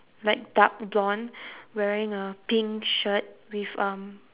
like dark blonde wearing a pink shirt with um